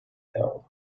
held